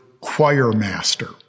choirmaster